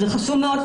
וזה חשוב מאוד,